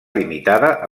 limitada